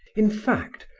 in fact,